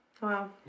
Wow